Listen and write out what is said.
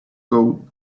gold